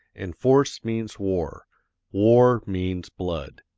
and force means war war means blood.